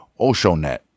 OshoNet